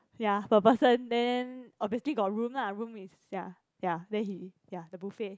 ya per person then obviously got room lah room is ya ya then he ya the buffet